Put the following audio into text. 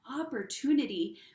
opportunity